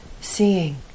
seeing